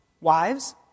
Wives